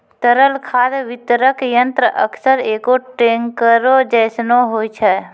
तरल खाद वितरक यंत्र अक्सर एगो टेंकरो जैसनो होय छै